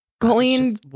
Colleen